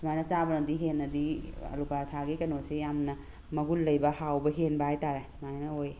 ꯁꯨꯃꯥꯏꯅ ꯆꯥꯕꯅꯗꯤ ꯍꯦꯟꯅꯗꯤ ꯑꯥꯜꯂꯨ ꯄꯔꯥꯊꯥꯒꯤ ꯀꯩꯅꯣꯁꯦ ꯌꯥꯝꯅ ꯃꯒꯨꯟ ꯂꯩꯕ ꯍꯥꯎꯕ ꯍꯦꯟꯕ ꯍꯥꯏꯇꯥꯔꯦ ꯁꯨꯃꯥꯏꯅ ꯑꯣꯏꯌꯦ